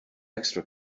extra